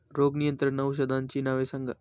रोग नियंत्रण औषधांची नावे सांगा?